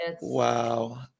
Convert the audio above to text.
Wow